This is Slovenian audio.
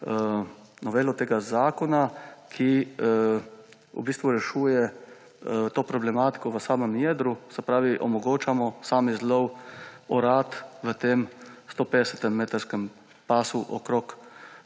novelo tega zakona, ki v bistvu rešuje to problematiko v samem jedru, se pravi omogočamo sam izlov orad v tem 150-metrskem pasu okoli